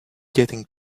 getting